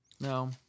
No